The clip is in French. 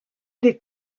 des